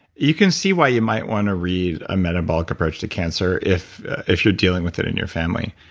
you can see why you might want to read a metabolic approach to cancer if if you're dealing with it in your family.